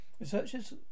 Researchers